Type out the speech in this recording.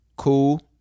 cool